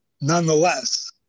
Nonetheless